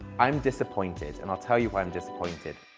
i'm disappointed and i'll tell you why i'm disappointed.